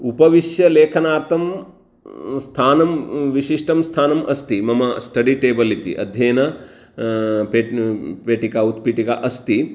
उपविश्य लेखनार्थं स्थानं विशिष्टं स्थानम् अस्ति मम स्टडि टेबल् इति अध्ययन पेट् पेटिका उत्पीटिका अस्ति